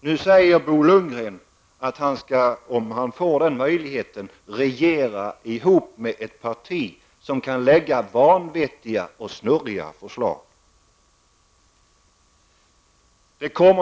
Nu säger Bo Lundgren att han -- om han får den möjligheten -- skall regera ihop med ett parti som kan lägga fram vanvettiga och snurriga förslag.